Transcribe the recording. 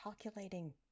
calculating